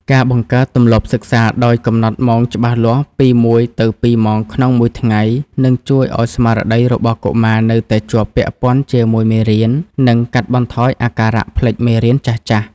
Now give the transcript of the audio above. ការបង្កើតទម្លាប់សិក្សាដោយកំណត់ម៉ោងច្បាស់លាស់ពីមួយទៅពីរម៉ោងក្នុងមួយថ្ងៃ នឹងជួយឱ្យស្មារតីរបស់កុមារនៅតែជាប់ពាក់ព័ន្ធជាមួយមេរៀន និងកាត់បន្ថយអាការៈភ្លេចមេរៀនចាស់ៗ។